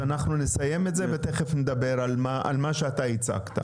אנחנו נסיים את זה ותכף נדבר על הנושא אותו הצגת.